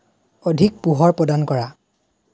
অধিক পোহৰ প্ৰদান কৰা